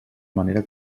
manera